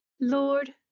Lord